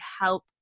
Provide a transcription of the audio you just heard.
help